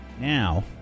Now